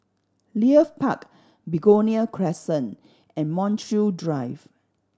Leith Park Begonia Crescent and Montreal Drive